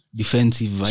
defensive